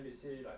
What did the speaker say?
then they say